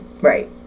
Right